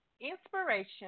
inspiration